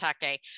Take